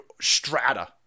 strata